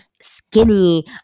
skinny